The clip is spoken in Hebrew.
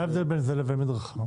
מה ההבדל בין זה לבין מדרכה?